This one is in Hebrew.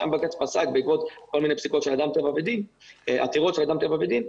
שם בג"צ פסק כל מיני פסיקות בהמשך לעתירות של אדם טבע ודין.